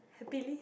happily